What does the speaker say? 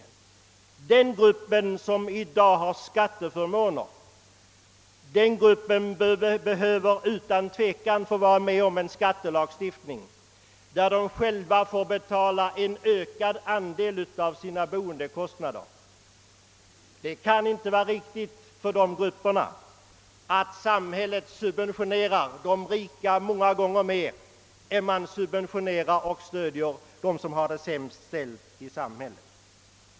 För de speciella inkomstgrupper som har dessa stora skatteförmåner behövs otvivelaktigt en ändrad skattelagstiftning, där vederbörande själva får betala en ökad andel av sina bostadskostnader. Det kan inte vara riktigt att samhället subventionerar de rika många gånger mer än det stöder dem som har det sämst ställt.